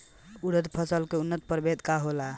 उरद फसल के उन्नत प्रभेद का होला?